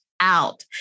out